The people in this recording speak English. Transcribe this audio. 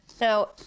Now